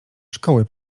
szkoły